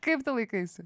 kaip tu laikaisi